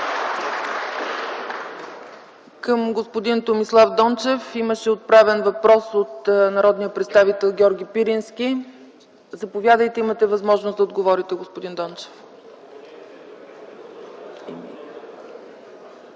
Към господин Томислав Дончев имаше отправен въпрос от народния представител Георги Пирински. Заповядайте – имате възможност да отговорите, господин Дончев.